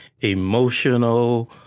emotional